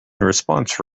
response